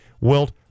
Wilt